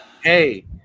Hey